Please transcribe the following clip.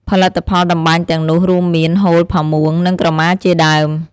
ផលិតផលតម្បាញទាំងនោះរួមមាន ហូល ផាមួង និងក្រមាជាដើម។